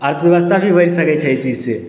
अर्थ ब्यबस्था भी बढ़ि सकै छै एहि चीज से